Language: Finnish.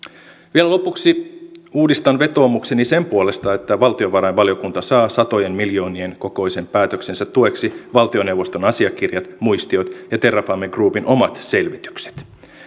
vielä lopuksi uudistan vetoomukseni sen puolesta että valtiovarainvaliokunta saa satojen miljoonien kokoisen päätöksensä tueksi valtioneuvoston asiakirjat muistiot ja terrafame groupin omat selvitykset